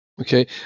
Okay